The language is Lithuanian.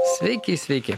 sveiki sveiki